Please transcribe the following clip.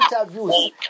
interviews